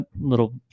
Little